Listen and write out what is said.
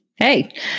Hey